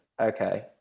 okay